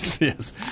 yes